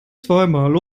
zweimal